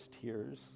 tears